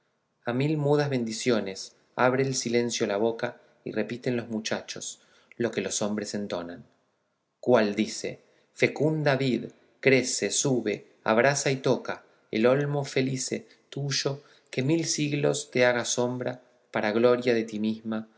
a mil mudas bendiciones abre el silencio la boca y repiten los muchachos lo que los hombres entonan cuál dice fecunda vid crece sube abraza y toca el olmo felice tuyo que mil siglos te haga sombra para gloria de ti misma